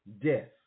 death